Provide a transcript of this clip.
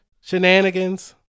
shenanigans